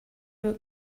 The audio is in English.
will